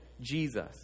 Jesus